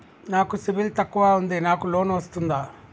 నాకు సిబిల్ తక్కువ ఉంది నాకు లోన్ వస్తుందా?